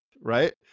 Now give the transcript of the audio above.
right